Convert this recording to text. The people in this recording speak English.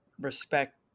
respect